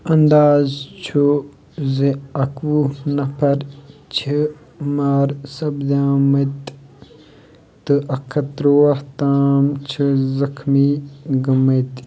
انٛدازٕ چُھ زِ اَکوُہ نفر چھِ مارٕ سَپٕدمتٕۍ تہٕ اکھ ہَتھ تُرواہ تام چھِ زخمی گٔمٕتۍ